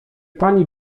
pani